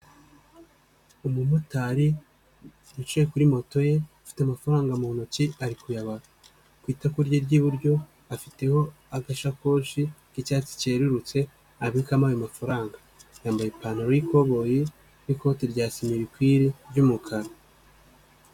Umumotari yicaye kuri moto ye afite amafaranga mu ntoki ari kuyabara, ku itako rye ry'iburyo afiteho agasakoshi k'icyatsi cyerurutse abikamo ayo mafaranga, yambaye ipantaro y'ikoboyi n'ikoti rya simirikwire ry'umukara.